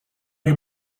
you